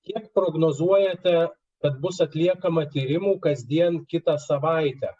kiek prognozuojate kad bus atliekama tyrimų kasdien kitą savaitę